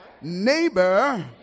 neighbor